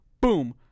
boom